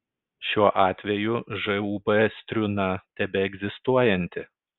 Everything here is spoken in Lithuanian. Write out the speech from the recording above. šiuo atveju žūb striūna tebeegzistuojanti